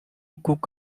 cook